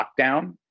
lockdown